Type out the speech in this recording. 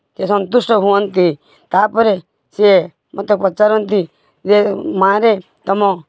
ସେ ସନ୍ତୁଷ୍ଟ ହୁଅନ୍ତି ତା'ପରେ ସିଏ ମୋତେ ପଚାରନ୍ତି ଯେ ମାଆରେ ତୁମ